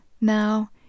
now